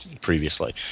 previously